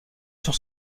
sur